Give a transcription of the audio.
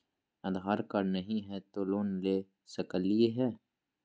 आधार card नही हय, तो लोन ले सकलिये है?